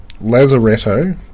Lazaretto